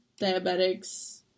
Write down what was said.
diabetics